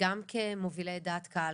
גם כמובילי דעת קהל,